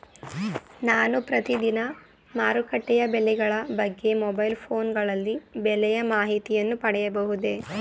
ನಾನು ಪ್ರತಿದಿನ ಮಾರುಕಟ್ಟೆಯ ಬೆಲೆಗಳ ಬಗ್ಗೆ ಮೊಬೈಲ್ ಫೋನ್ ಗಳಲ್ಲಿ ಬೆಲೆಯ ಮಾಹಿತಿಯನ್ನು ಪಡೆಯಬಹುದೇ?